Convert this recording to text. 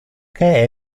que